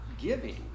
giving